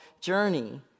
journey